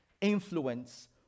influence